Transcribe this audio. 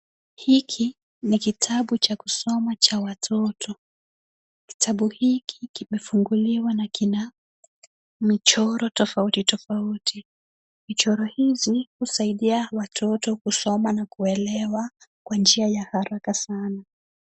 Hiki ni kitabu cha kusoma cha watoto. Kitabu hiki kimefunguliwa na kina michoro tofauti tofauti. Michoro hizi husaidia watoto kusoma na kuelewa kwa njia ya haraka sana.